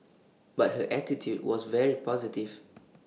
but her attitude was very positive